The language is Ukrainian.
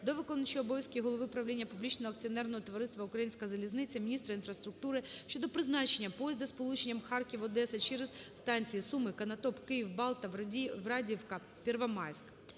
до виконуючого обов'язки голови правління публічного акціонерного товариства "Українська залізниця", міністра інфраструктури щодо призначення поїзда сполученням Харків-Одеса через станції Суми, Конотоп, Київ, Балта, Врадіївка, Первомайськ.